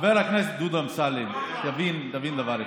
חבר הכנסת דודו אמסלם, תבין דבר אחד: